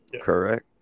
Correct